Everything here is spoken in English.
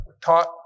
taught